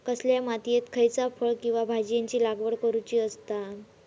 कसल्या मातीयेत खयच्या फळ किंवा भाजीयेंची लागवड करुची असता?